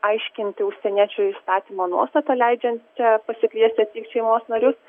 aiškinti užsieniečiui įstatymo nuostatą leidžiančią pasikviesti šeimos narius